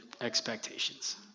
expectations